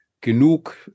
genug